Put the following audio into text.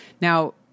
Now